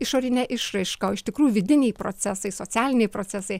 išorinę išraišką o iš tikrųjų vidiniai procesai socialiniai procesai